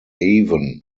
avon